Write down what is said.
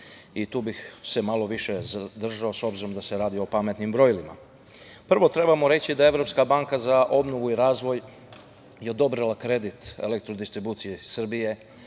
Tu bih se malo više zadržao, s obzirom da se radi o pametnim brojilima. Prvo, trebamo reći da je Evropska banka za obnovu i razvoj odobrila kredit Elektrodistribuciji Srbije